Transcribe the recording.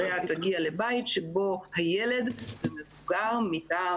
הסייעת תגיע לבית שבו הילד עם מבוגר מטעם